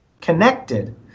connected